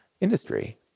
industry